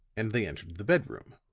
and they entered the bedroom.